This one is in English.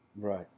Right